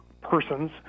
persons